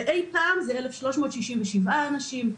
ואי פעם זה 1,367 אנשים.